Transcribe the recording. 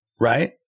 right